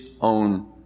own